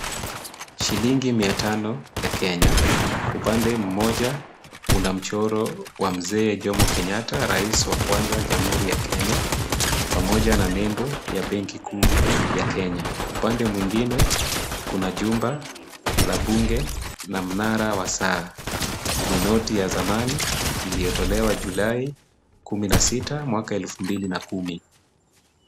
Shilingi mia tano ya Kenya. Upande mmoja una mchoro wa mzee Jomo Kenyatta, rais wa kwanza Jamhuri ya Kenya, pamoja na nembo ya Benki Kuu ya Kenya. Upande mwingine kuna jumba la bunge na mnara wa saa. Ni noti ya zamani, iliyotolewa Julai 16, mwaka wa 2010.